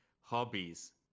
Hobbies